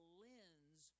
lens